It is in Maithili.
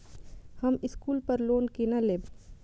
हम स्कूल पर लोन केना लैब?